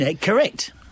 Correct